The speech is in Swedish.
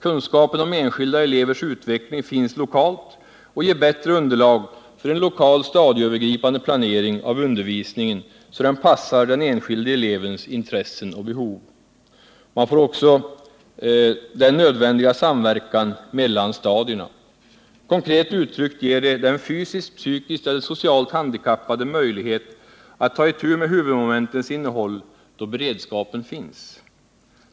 Kunskapen om enskilda elevers utveckling finns lokalt och ger bättre underlag för en lokal stadieövergripande planering av undervisningen, så den passar den enskilde elevens intressen och behov. Man får också den nödvändiga samverkan mellan stadierna. Konkret uttryckt ger det den fysiskt, psykiskt eller socialt handikappade möjlighet att ta itu med huvudmomentens innehåll, då beredskapen finns.